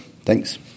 Thanks